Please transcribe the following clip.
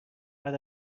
بعد